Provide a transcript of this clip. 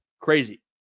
crazy